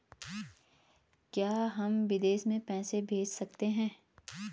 क्या हम विदेश में पैसे भेज सकते हैं?